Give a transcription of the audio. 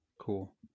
cool